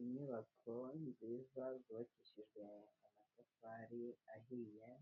Inyubako nziza zubakishijwe amatafari ahiya,